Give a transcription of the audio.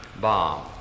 bomb